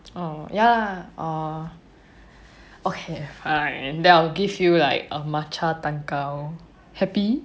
oh ya orh orh then I will give you like a matcha 蛋糕 happy